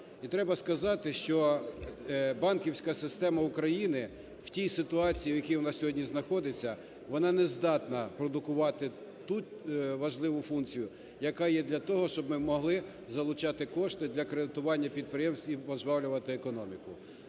І треба сказати, що банківська система України у тій ситуації, в якій вона сьогодні знаходиться, вона не здатна продукувати ту важливу функцію, яка є для того, щоб ми могли залучати кошти для кредитування підприємств і пожвавлювати економіку.